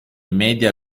media